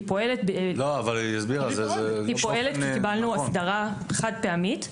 היא פועלת כי קיבלנו אסדרה חד פעמית,